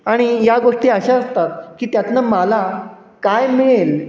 आणि या गोष्टी अशा असतात की त्यातनं मला काय मिळेल